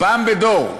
פעם בדור.